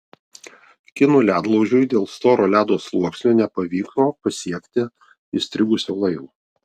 kinų ledlaužiui dėl storo ledo sluoksnio nepavyko pasiekti įstrigusio laivo